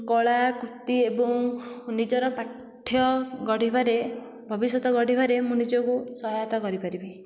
କଳାକୃତି ଏବଂ ନିଜର ପାଠ୍ୟ ଗଢ଼ିବାରେ ଭବିଷ୍ୟତ ଗଢ଼ିବାରେ ମୁଁ ନିଜକୁ ସହାୟତା କରିପାରିବି